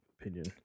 opinion